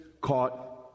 caught